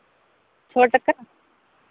ᱪᱷᱚ ᱴᱟᱠᱟ